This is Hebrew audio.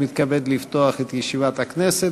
2014. אני מתכבד לפתוח את ישיבת הכנסת.